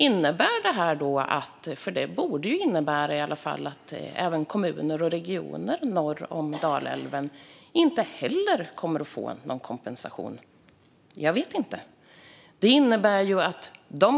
Innebär det att inte heller kommuner och regioner norr om Dalälven kommer att få någon kompensation? Jag vet inte; jag har inte hört något om det. Men det är vad det borde innebära.